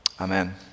Amen